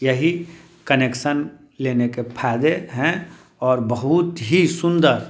यही कनेक्सन लेने के फायदे हैं और बहुत ही सुंदर